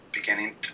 beginning